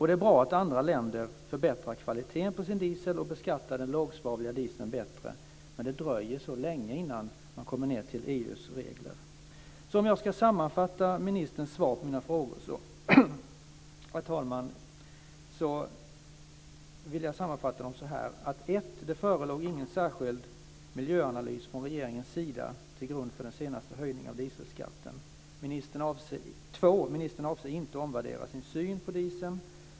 Det är bra att andra länder förbättrar kvaliteten på sin diesel och beskattar den lågsvavliga dieseln bättre, men det dröjer så länge innan man kommer ned till Om jag ska sammanfatta ministerns svar på mina frågor, herr talman, vill jag säga så här: 1. Det förelåg ingen särskild miljöanalys från regeringens sida till grund för den senaste höjningen av dieselskatten. 2. Ministern avser inte att omvärdera sin syn på dieseln.